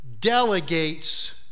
delegates